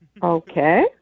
Okay